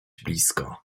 blisko